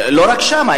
לא רק שם,